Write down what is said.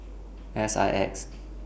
S I X